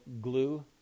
glue